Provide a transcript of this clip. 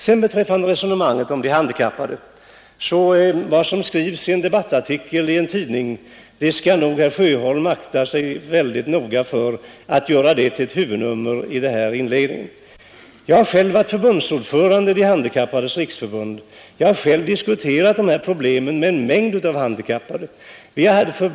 När det gäller resonemanget om de handikappade skall nog herr Sjöholm akta sig mycket noga för att göra vad som skrivs i en debattartikel till ett huvudnummer i denna debatt. Jag har själv varit ordförande i De handikappades riksförbund, och jag har diskuterat dessa problem med en mängd handikappade.